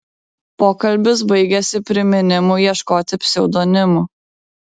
pokalbis baigėsi priminimu ieškoti pseudonimų